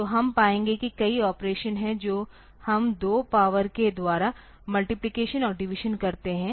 तो हम पाएंगे कि कई ऑपरेशन हैं जो हम 2 पावर के द्वारा मल्टिप्लिकेशन और डिवीज़न करते हैं